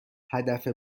هدف